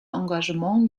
engagement